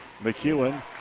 McEwen